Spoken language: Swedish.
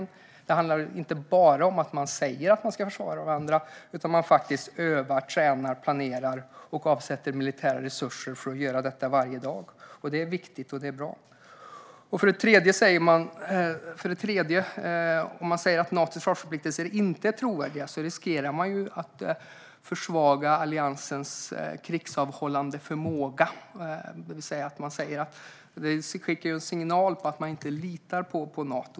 Det handlar inte bara om att man säger att man ska försvara varandra utan också om att man övar, tränar, planerar och avsätter militära resurser för detta varje dag. Det är viktigt och bra. För det tredje: Säger man att Natos försvarsförpliktelser inte är trovärdiga riskerar man att försvaga alliansens krigsavhållande förmåga. Det sänder en signal om att man inte litar på Nato.